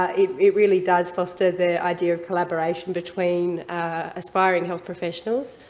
ah it it really does foster the idea of collaboration between aspiring health professionals,